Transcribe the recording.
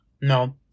No